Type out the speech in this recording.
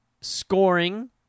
scoring